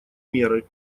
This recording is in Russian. меры